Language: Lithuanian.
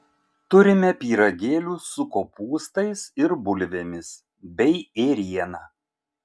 turime pyragėlių su kopūstais ir bulvėmis bei ėriena